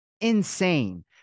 insane